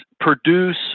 produce